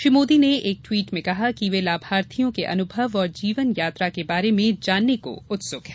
श्री मोदी ने एक टवीट में कहा कि वे लाभार्थियों के अनुभव और जीवन यात्रा के बारे में जानने को उत्सुक है